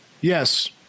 yes